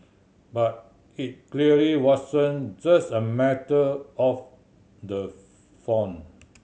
but it clearly wasn't just a matter of the font